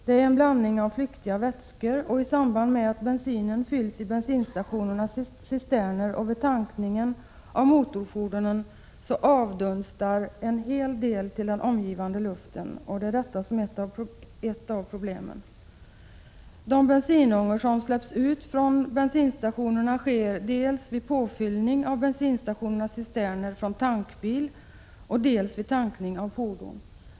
Det är en blandning av flyktiga vätskor, och i samband med att bensinen fylls i bensinstationernas cisterner och vid tankningen av motorfordonen avdunstar en hel del till den omgivande luften, och det är ett av problemen. Bensinångorna släpps ut från bensinstationerna dels vid påfyllning av bensinstationernas cisterner från tankbil, dels vid tankning av fordon.